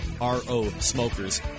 R-O-Smokers